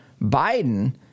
Biden